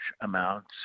amounts